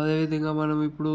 అదేవిధంగా మనం ఇప్పుడు